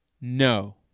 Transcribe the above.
No